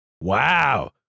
Wow